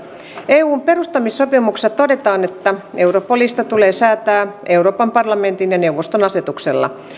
eun perustamissopimuksessa todetaan että europolista tulee säätää euroopan parlamentin ja neuvoston asetuksella